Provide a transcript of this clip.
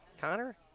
Connor